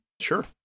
sure